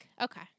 okay